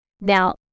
Now